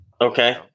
Okay